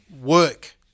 work